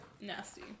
Nasty